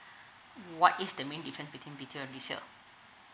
what is the main difference between between B_T_O and resale